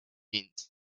means